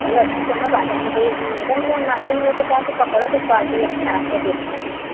चलो अच्छी करो बात नहीं भाई मैडम जो मांगी हैं तो क्या तो कपड़ा का क्वालिटी अच्छा रहता है देखने में